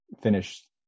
finish